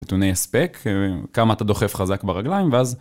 אפל תאפשר לסדר אפליקציות באייפון באופן חופשי יותר ב-iOS 18